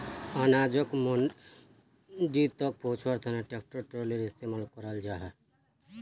अनाजोक मंडी तक पहुन्च्वार तने ट्रेक्टर ट्रालिर इस्तेमाल कराल जाहा